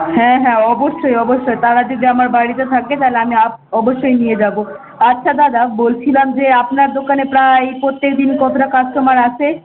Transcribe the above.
হ্যাঁ হ্যাঁ অবশ্যই অবশ্যই তারা যদি আমার বাড়িতে থাকে তাহলে আমি আপ অবশ্যই নিয়ে যাবো আচ্ছা দাদা বলছিলাম যে আপনার দোকানে প্রায় প্রত্যেকদিন কতটা কাস্টোমার আসে